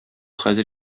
хәзер